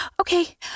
okay